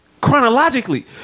chronologically